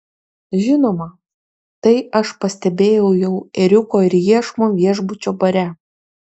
žinoma tai aš pastebėjau jau ėriuko ir iešmo viešbučio bare